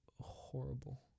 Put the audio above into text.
horrible